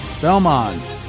Belmont